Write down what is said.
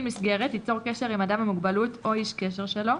מסגרת ייצור קשר עם אדם עם מוגבלות או איש קשר שלו,